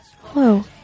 Hello